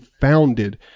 founded